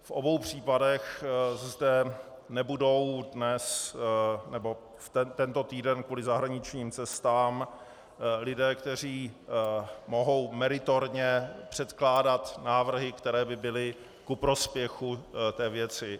V obou případech zde nebudou dnes nebo tento týden kvůli zahraničním cestám lidé, kteří mohou meritorně předkládat návrhy, které by byly ku prospěchu té věci.